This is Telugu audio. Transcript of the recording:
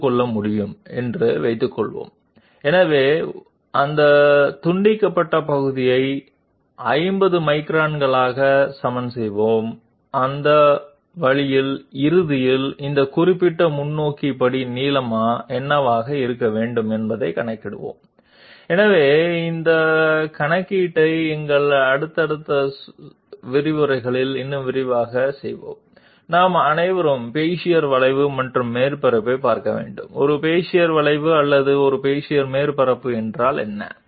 డిజైన్ సర్ఫేస్ నుండి గరిష్టంగా 50 మైక్రాన్ల విచలనాన్ని మనం తట్టుకోగలమని అనుకుందాం కాబట్టి మేము ఆ కత్తిరించిన భాగాన్ని 50 మైక్రాన్లకు సమం చేస్తాము మరియు ఆ విధంగా చివరికి ఈ పర్టికులర్ ఫార్వర్డ్ స్టెప్ పొడవు ఎంత ఉందో లెక్కిస్తాము కాబట్టి మేము ఈ గణనను మా తదుపరి ఉపన్యాసాలలో మరింత వివరంగా చేస్తాము మనం మాట్లాడుతున్న బెజియర్ కర్వ్ మరియు సర్ఫేస్ గురించి చూద్దాం బెజియర్ కర్వ్ లేదా బెజియర్ సర్ఫేస్ అంటే ఏమిటి